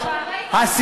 הכול מצולם.